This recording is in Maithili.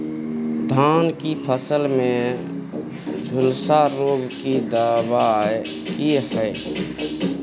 धान की फसल में झुलसा रोग की दबाय की हय?